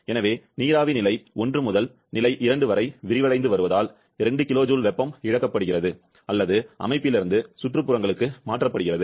எனவே நீராவி நிலை 1 முதல் நிலை 2 வரை விரிவடைந்து வருவதால் 2 kJ வெப்பம் இழக்கப்படுகிறது அல்லது அமைப்பிலிருந்து சுற்றுப்புறங்களுக்கு மாற்றப்படுகிறது